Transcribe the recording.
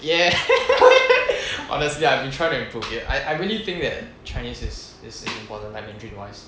ya honestly I've been trying to improve it I I really think that chinese is is in the borderline mandarin wise